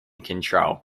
control